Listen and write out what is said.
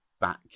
back